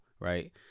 Right